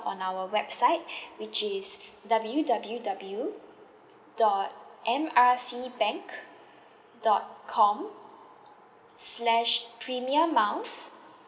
on our website which is W_W_W dot M R C bank dot com slash premier miles